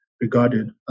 regarded